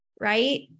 right